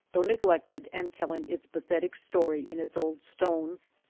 though neglected and telling its pathetic story in its old stones,